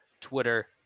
Twitter